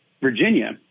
Virginia